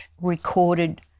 recorded